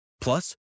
Plus